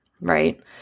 right